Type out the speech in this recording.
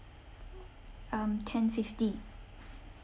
um ten fifty